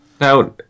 Now